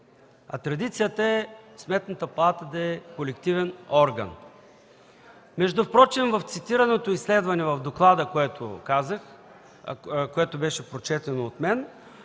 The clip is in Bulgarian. А традицията е Сметната палата да е колективен орган. Между другото в цитираното изследване в доклада, което беше прочетено от мен,